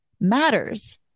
matters